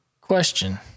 Question